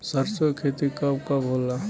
सरसों के खेती कब कब होला?